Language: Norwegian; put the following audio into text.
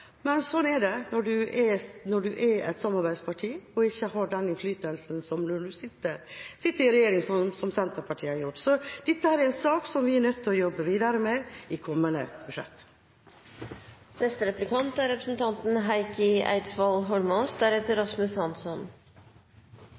Men sånn er det når man er et samarbeidsparti og ikke har den innflytelsen man har når man sitter i regjering, sånn som Senterpartiet har gjort. Dette er en sak vi er nødt til å jobbe videre med i kommende budsjett.